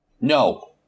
No